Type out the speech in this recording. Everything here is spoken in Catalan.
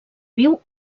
viu